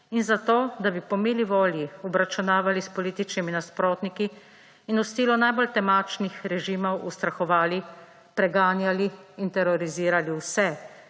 in zato, da bi po mili volji obračunavali s političnimi nasprotniki in v stilu najbolj temačnih režimov ustrahovali, preganjali in terorizirali vse,